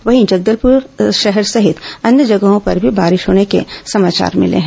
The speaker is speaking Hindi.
वहीं जगदलपुर शहर सहित अन्य जगहों पर भी बारिश होने के समाचार मिले हैं